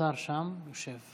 השר שם, יושב.